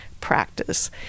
practice